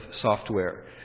software